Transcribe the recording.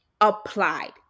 applied